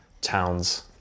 towns